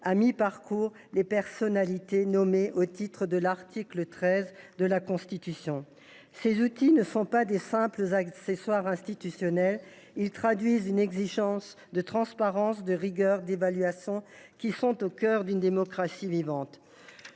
à mi parcours les personnalités nommées au titre de l’article 13 de la Constitution. Ces outils ne sont pas de simples accessoires institutionnels : ils traduisent une exigence de transparence, de rigueur et d’évaluation qui est au cœur d’une démocratie vivante.